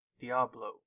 Diablo